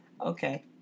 Okay